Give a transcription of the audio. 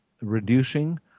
reducing